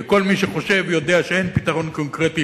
וכל מי שחושב יודע שאין פתרון קונקרטי